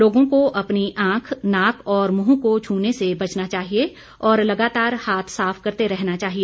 लोगों को अपनी आंख नाक और मुंह को छूने से बचना चाहिए और लगातार हाथ साफ करते रहना चाहिए